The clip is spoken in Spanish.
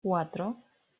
cuatro